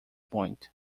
point